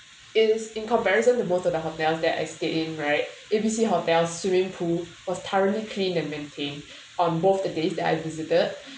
is in comparison to most of the hotels that I stayed in right A B C hotel swimming pool was thoroughly cleaned and maintained on both the date I visited